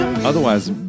Otherwise